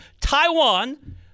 Taiwan